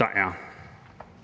der er.